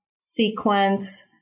sequence